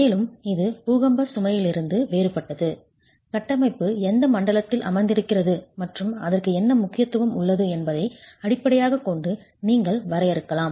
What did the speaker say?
மேலும் இது பூகம்ப சுமையிலிருந்து வேறுபட்டது கட்டமைப்பு எந்த மண்டலத்தில் அமர்ந்திருக்கிறது மற்றும் அதற்கு என்ன முக்கியத்துவம் உள்ளது என்பதை அடிப்படையாகக் கொண்டு நீங்கள் வரையறுக்கலாம்